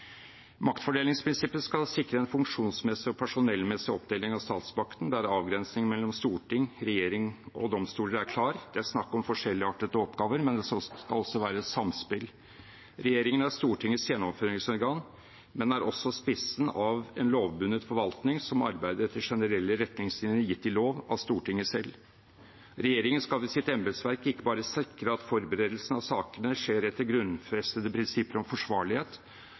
personellmessig oppdeling av statsmakten, der avgrensningen mellom storting, regjering og domstoler er klar. Det er snakk om forskjelligartede oppgaver, men det skal også være et samspill. Regjeringen er Stortingets gjennomføringsorgan, men er også spissen av en lovbundet forvaltning som arbeider etter generelle retningslinjer gitt i lov, av Stortinget selv. Regjeringen skal ved sitt embetsverk ikke bare sikre at forberedelsen av sakene skjer etter grunnfestede prinsipper om forsvarlighet,